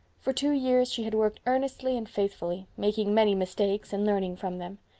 for two years she had worked earnestly and faithfully, making many mistakes and learning from them.